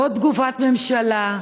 לא תגובת ממשלה,